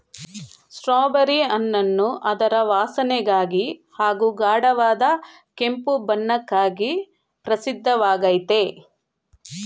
strawberry ಹಣ್ಣನ್ನು ಅದರ ವಾಸನೆಗಾಗಿ ಹಾಗೂ ಗಾಢವಾದ ಕೆಂಪು ಬಣ್ಣಕ್ಕಾಗಿ ಪ್ರಸಿದ್ಧವಾಗಯ್ತೆ